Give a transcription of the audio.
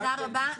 תודה רבה.